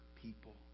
people